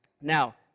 Now